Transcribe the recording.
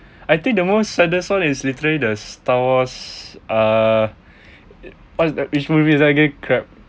I think the most saddest one is literally the star wars uh what's th~ which movie is that again crap